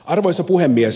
arvoisa puhemies